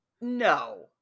No